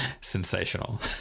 sensational